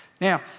Now